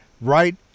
right